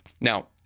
Now